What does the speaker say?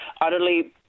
utterly